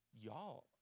y'all